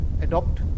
Adopt